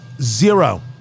Zero